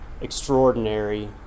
extraordinary